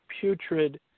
putrid